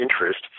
interest